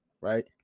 right